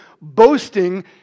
boasting